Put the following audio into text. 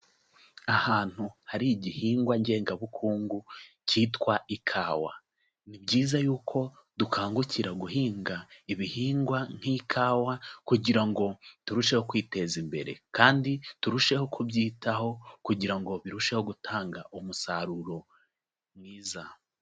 Ahantu hari igihingwa ngengabukungu kitwa ikawa, ni byiza yuko dukangukira guhinga ibihingwa nk'ikawa kugira ngo turusheho kwiteza imbere kandi turusheho kubyitaho kugira ngo birusheho gutanga umusaruro mwiza.